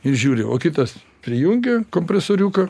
ir žiūri o kitas prijungia kompresoriuką